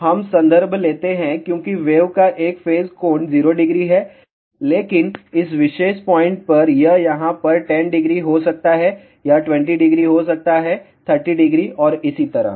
तो हम संदर्भ लेते हैं क्योंकि वेव का एक फेज कोण 00 है लेकिन इस विशेष पॉइंट पर यह यहां पर 100 हो सकता है यह 200 हो सकता है 300 और इसी तरह